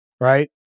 Right